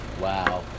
Wow